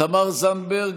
תמר זנדברג,